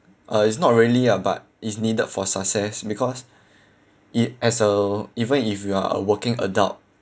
uh it's not really ah but is needed for success because it as uh even if you are a working adult